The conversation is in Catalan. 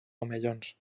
omellons